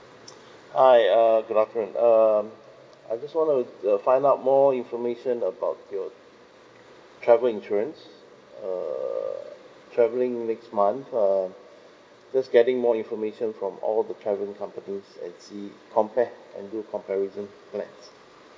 hi uh good afternoon um I just want to uh find out more information about your travel insurance err travelling next month err just getting more information from all the travelling companies and see compare and do comparison next